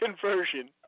conversion